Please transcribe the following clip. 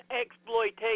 exploitation